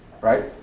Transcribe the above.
right